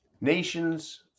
Nations